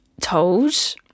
told